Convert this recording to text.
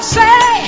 say